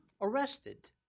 arrested